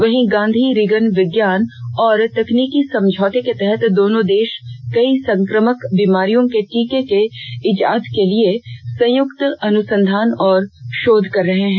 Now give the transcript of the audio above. वहीं गांधी रीगन विज्ञान और तकनीकी समझौते के तहत दोनों देष कई सक्रांमक बीमारियों के टीके के इजाद के लिए संयुक्त अनुसंधान और शोध कर रहे हैं